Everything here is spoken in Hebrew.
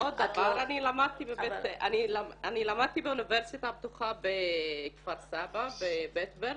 אני למדתי באוניברסיטה הפתוחה בכפר סבא, בבית ברל,